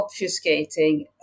obfuscating